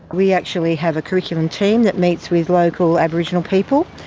we actually have a curriculum team that meets with local aboriginal people.